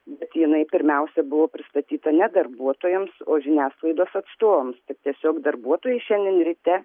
bet jinai pirmiausia buvo pristatyta ne darbuotojams o žiniasklaidos atstovams tik tiesiog darbuotojai šiandien ryte